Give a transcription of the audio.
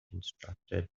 constructed